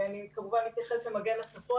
אני כמובן אתייחס למגן הצפון,